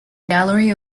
gallery